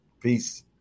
Peace